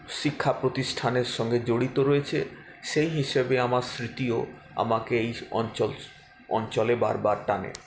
শিক্ষাপ্রতিষ্ঠানের সঙ্গে জড়িত রয়েছে সেই হিসেবে আমার স্মৃতিও আমাকে এই অঞ্চল অঞ্চলে বার বার টানে